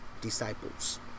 disciples